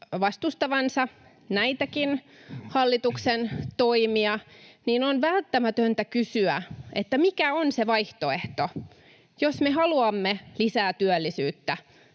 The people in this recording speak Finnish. vastustavansa näitäkin hallituksen toimia, on välttämätöntä kysyä: mikä on se vaihtoehto, jos me haluamme lisää työllisyyttä